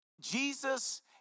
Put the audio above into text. Jesus